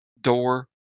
Door